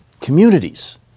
Communities